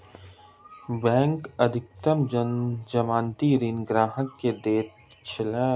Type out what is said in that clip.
bank अधिकतम जमानती ऋण ग्राहक के दैत अछि